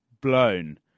blown